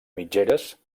mitgeres